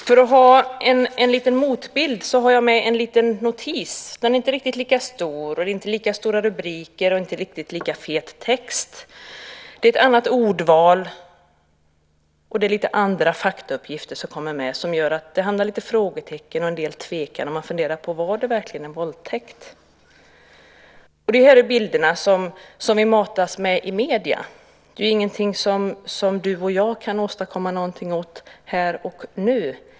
För att ha en motbild har jag med en liten notis. Den är inte riktigt lika stor. Det är inte lika stora rubriker och inte riktigt lika fet text. Det är ett annat ordval, och det är lite andra faktauppgifter som kommer med. Det gör att det uppstår lite frågetecken och en del tvekan. Man funderar på om det verkligen var en våldtäkt. Dessa bilder matas vi med i medierna. Det är ingenting som du och jag kan göra någonting åt här och nu.